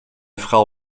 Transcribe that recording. frau